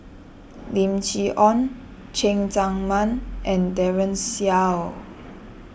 Lim Chee Onn Cheng Tsang Man and Daren Shiau